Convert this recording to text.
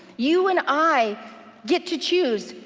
you and i get to choose.